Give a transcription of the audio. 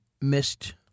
missed